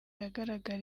agaragara